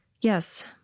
Yes